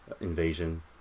invasion